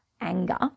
anger